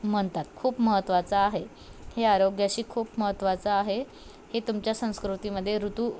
म्हनतात खूप महत्त्वाचं आहे हे आरोग्याशी खूप महत्त्वाचं आहे ही तुमच्या संस्कृतीमध्ये ऋतू